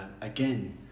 again